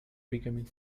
becoming